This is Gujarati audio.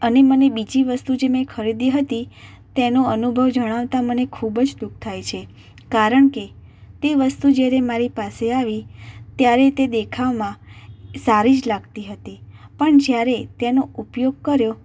અને મને બીજી વસ્તુ જે મેં ખરીદી હતી તેનો અનુભવ જણાવતા મને ખૂબ જ દુઃખ થાય છે કારણ કે તે વસ્તુ જ્યારે મારી પાસે આવી ત્યારે તે દેખાવમાં સારી જ લાગતી હતી પણ જ્યારે તેનો ઉપયોગ કર્યો